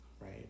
right